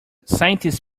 scientists